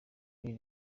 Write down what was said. muri